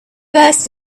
first